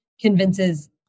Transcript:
convinces